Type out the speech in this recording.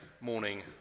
morning